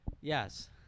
Yes